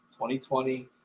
2020